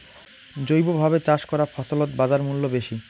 জৈবভাবে চাষ করা ফছলত বাজারমূল্য বেশি